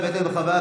3, זאת אומרת,